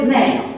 now